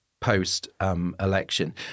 post-election